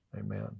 Amen